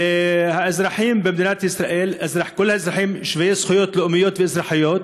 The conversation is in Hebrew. וכל האזרחים במדינת ישראל שווי זכויות לאומיות ואזרחיות.